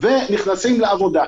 ונכנסים לעבודה.